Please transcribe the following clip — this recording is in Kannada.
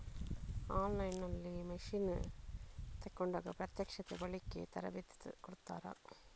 ಆನ್ ಲೈನ್ ನಲ್ಲಿ ಮಷೀನ್ ತೆಕೋಂಡಾಗ ಪ್ರತ್ಯಕ್ಷತೆ, ಬಳಿಕೆ, ತರಬೇತಿ ಕೊಡ್ತಾರ?